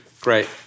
Great